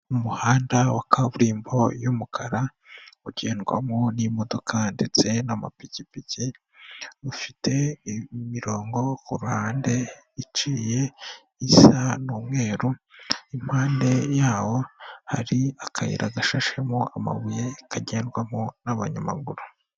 Umuhanda wa kaburimbo y'umukara, ugendwamo n'imodoka ndetse n'amapikipiki, ufite imirongo ku ruhande iciye isa n'umweru, impande yawo hari akayira gashashemo amabuye kagendwamo n'abanyamaguru.